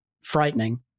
frightening